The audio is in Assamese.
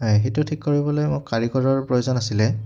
সেইটো ঠিক কৰিবলৈ মোক কাৰিকৰৰ প্ৰয়োজন আছিলে